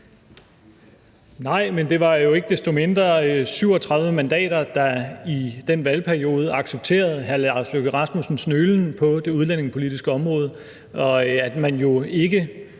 Nej, men det var jo ikke desto mindre 37 mandater, der i den valgperiode accepterede hr. Lars Løkke Rasmussens nølen på det udlændingepolitiske område, og at man jo ikke